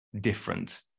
different